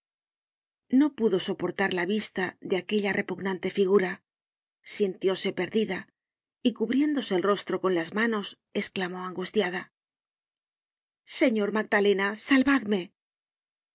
no pudo soportar la vista de aquella repugnante figura sintióse perdida y cubriéndose el rostro con las manos esclamó angustiada señor magdalena salvadme